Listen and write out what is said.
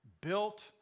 built